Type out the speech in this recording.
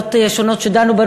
מירי